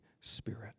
Spirit